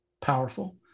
powerful